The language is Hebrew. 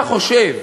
אתה חושב